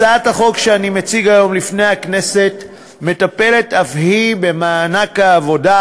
הצעת החוק שאני מציג היום לפני הכנסת מטפלת אף היא במענק העבודה,